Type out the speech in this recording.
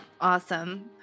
Awesome